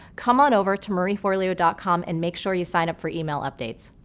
come on over to marieforleo dot com and make sure you sign up for email updates.